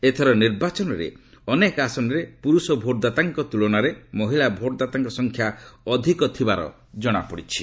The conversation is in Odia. ଏଥର ନିର୍ବାଚନରେ ଅନେକ ଆସନରେ ପୁରୁଷ ଭୋଟ ଦାତାଙ୍କ ତୁଳନାରେ ମହିଳା ଭୋଟଦାତାଙ୍କ ସଂଖ୍ୟା ଅଧିକ ରହିଥିବାର ଜଣାପଡ଼ିଛି